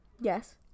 Yes